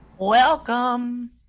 Welcome